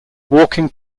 walking